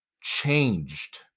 changed